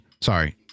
sorry